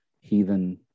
heathen